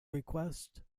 request